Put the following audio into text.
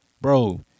Bro